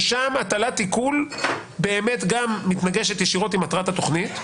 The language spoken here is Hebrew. שם הטלת עיקול מתנגשת ישירות עם מטרת התכנית.